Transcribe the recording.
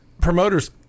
Promoters